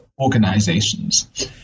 organizations